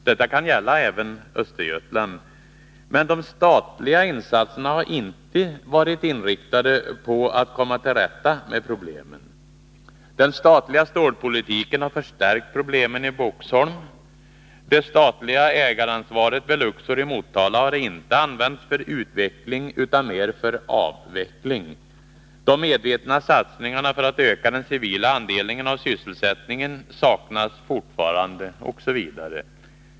Detta kan gälla även Östergötland, men de statliga insatserna har inte varit inriktade på att komma till rätta med problemen. Den statliga stålpolitiken har förstärkt problemen i Boxholm. Det statliga ägaransvaret vid Luxor i Sh Motala har inte använts för utveckling utan mer för avveckling. De medvetna satsningarna för att öka den civila andelen av sysselsättningen saknas fortfarande osv.